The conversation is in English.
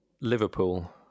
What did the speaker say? Liverpool